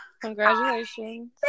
Congratulations